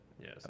Yes